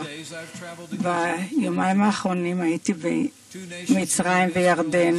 ביומיים האחרונים ביקרתי במצרים וירדן,